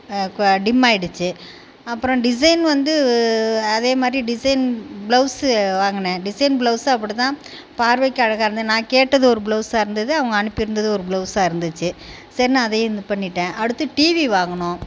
கு டிம் ஆகிடுச்சி அப்புறம் டிசைன் வந்து அதேமாதிரி டிசைன் ப்ளவுஸு வாங்கினேன் டிசைன் ப்ளவுஸு அப்படிதான் பார்வைக்கு அழகாக இருந்தது நான் கேட்டது ஒரு ப்ளவுஸாக இருந்தது அவங்க அனுப்பியிருந்தது ஒரு ப்ளவுஸாக இருந்துச்சு சரின்னு அதையும் இது பண்ணிவிட்டேன் அடுத்து டிவி வாங்கினோம்